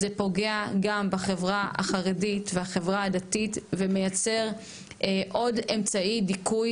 זה פוגע גם בחברה החרדית והחברה הדתית ומייצר עוד אמצעי דיכוי